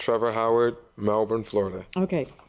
trevor howard. melbourne florida. okay?